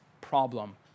problem